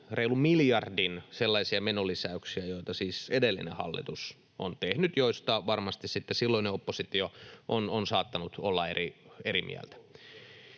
sellaisia menonlisäyksiä, joita edellinen hallitus on tehnyt ja joista varmasti sitten silloinen oppositio on saattanut olla eri mieltä.